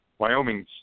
Wyoming